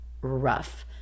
rough